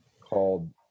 called